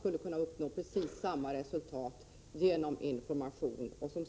förbud, när precis samma resultat faktiskt skulle kunna uppnås genom information.